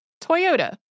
Toyota